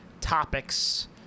topics